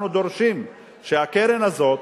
אנחנו דורשים שהקרן הזאת,